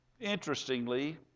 Interestingly